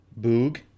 Boog